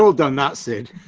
so done that sid!